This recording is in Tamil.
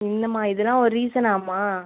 என்னம்மா இதுலாம் ஒரு ரீசனாம்மா